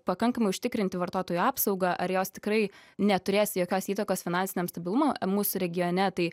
pakankamai užtikrinti vartotojų apsaugą ar jos tikrai neturės jokios įtakos finansiniam stabilumo mūsų regione tai